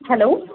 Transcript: hello